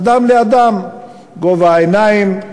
אדם לאדם, בגובה העיניים,